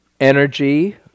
energy